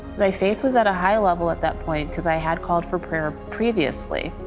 my faith was at a high level at that point because i had called for prayer previously.